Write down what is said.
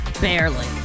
Barely